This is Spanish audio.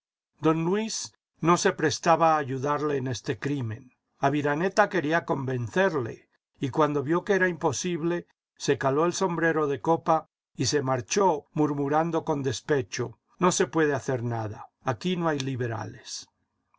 don luis no se prestaba a ayudarle en este crimen aviraneta quería convencerle y cuando vio que era imposible se caló el sombrero de copa y se marchó murmurando con despecho no se puede hacer nada aquí no hay liberales